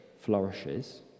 flourishes